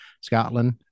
Scotland